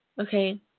okay